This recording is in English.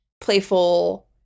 playful